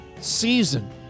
season